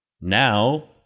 now